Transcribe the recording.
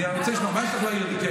אני רוצה לשמוע מה יש לך להעיר לי.